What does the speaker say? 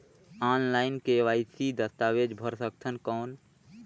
Online KYC दस्तावेज भर सकथन कौन?